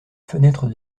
fenêtre